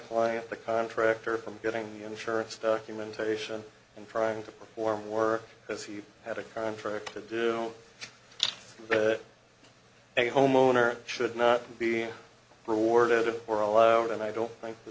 client the contractor from getting the insurance documentation and trying to perform war as he had a contract to do a homeowner should not be rewarded or allowed and i don't think the